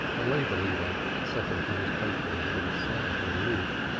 the labor-leader settled to his papers with a sigh of relief.